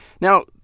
Now